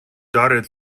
dotted